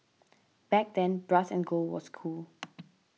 back then brass and gold was cool